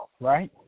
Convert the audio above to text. right